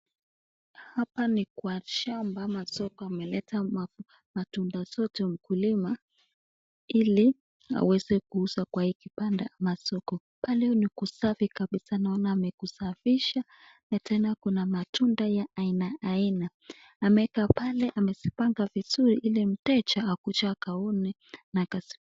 Hapa ni kwa shamba ama soko ameleta matunda zote mkulima ili aweze kuuza kwa hii kibanda ama soko. Pale ni kusafi kabisa naona amekusafisha na tena kuna matunda ya aina aina. Ameeka pale amezipanga vizuri ili mteja akuja akaone na akazi.